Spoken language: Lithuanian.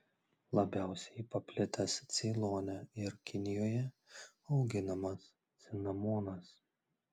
labiausiai paplitęs ceilone ir kinijoje auginamas cinamonas